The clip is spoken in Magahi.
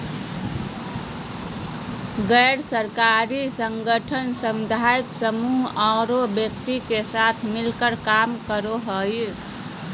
गैर सरकारी संगठन सामुदायिक समूह औरो व्यक्ति के साथ मिलकर काम करो हइ